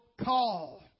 call